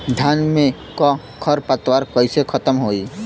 धान में क खर पतवार कईसे खत्म होई?